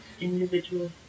individual